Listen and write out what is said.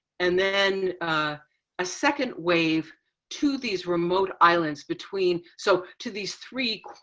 and then a second wave to these remote islands between so to these three,